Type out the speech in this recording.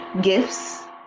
gifts